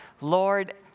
Lord